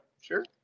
sure